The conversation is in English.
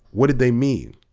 what did they mean?